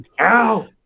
Ow